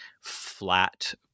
flat